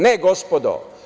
Ne, gospodo.